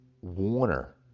Warner